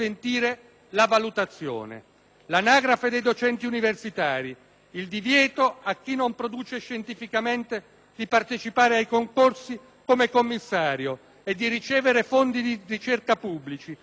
L'anagrafe dei docenti universitari, il divieto per chi non produce scientificamente di partecipare ai concorsi come commissario e di ricevere fondi di ricerca pubblici, sono altri atti concreti